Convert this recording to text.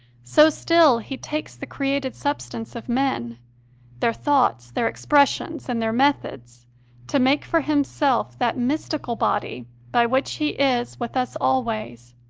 so still he takes the created substance of men their thoughts, their expressions, and their methods to make for himself that mystical body by which he is with us always